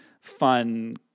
fun